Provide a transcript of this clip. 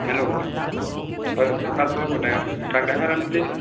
hello ᱚᱠᱚᱭ ᱯᱨᱚᱠᱟᱥ ᱵᱟᱹᱵᱩ truck ᱰᱨᱟᱭᱵᱷᱟᱨᱮᱢ ᱞᱟᱹᱭᱮᱫᱟ